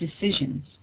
decisions